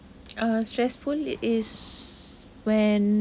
uh stressful it is when